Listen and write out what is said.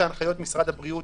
כשהממשלה הזאת